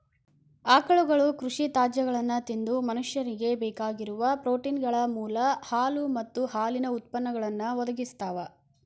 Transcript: ಆಕಳುಗಳು ಕೃಷಿ ತ್ಯಾಜ್ಯಗಳನ್ನ ತಿಂದು ಮನುಷ್ಯನಿಗೆ ಬೇಕಾಗಿರೋ ಪ್ರೋಟೇನ್ಗಳ ಮೂಲ ಹಾಲು ಮತ್ತ ಹಾಲಿನ ಉತ್ಪನ್ನಗಳನ್ನು ಒದಗಿಸ್ತಾವ